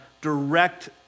direct